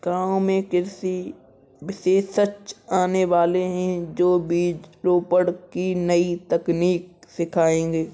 गांव में कृषि विशेषज्ञ आने वाले है, जो बीज रोपण की नई तकनीक सिखाएंगे